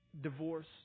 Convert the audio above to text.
divorce